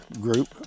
group